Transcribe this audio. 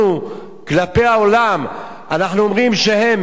אנחנו אומרים שהם מסתננים,